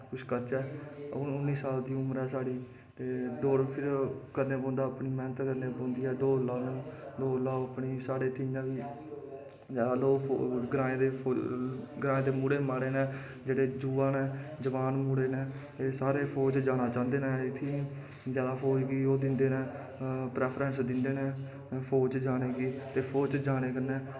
किश करचै उन्नी साल दी उमरा च साढ़ी ते दौड़ फिर करने पौंदा मैंह्नत करनी पौंदी ऐ दौड़ लानी पौंदी ऐ दौड़ लाओ अपने साढ़ै इत्थै इ'यां बी ग्राएं दे मुड़े माड़े न जेह्ड़े जवान मुड़े न एह् सारे फौज़ जाना चांह्दे न इत्थै जैदा फौज़ गी ओह् दिंदे न प्रैफरैंस दिंदे न फौज़ च जाने गी ते फौज़ च जाने कन्नै